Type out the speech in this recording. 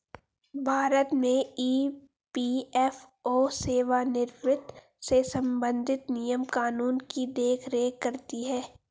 भारत में ई.पी.एफ.ओ सेवानिवृत्त से संबंधित नियम कानून की देख रेख करती हैं